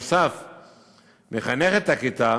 נוסף על כך, מחנכת הכיתה